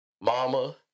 mama